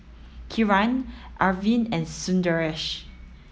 Kiran Arvind and Sundaresh